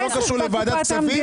זה לא קשור לוועדת הכספים.